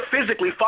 physically